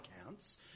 accounts